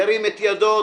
ירים את ידו.